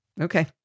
Okay